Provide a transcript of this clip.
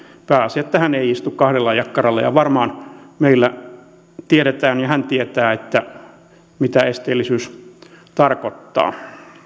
pääasia on että hän ei istu kahdella jakkaralla ja varmaan meillä tiedetään ja hän tietää mitä esteellisyys tarkoittaa